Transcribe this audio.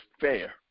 fair